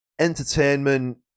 entertainment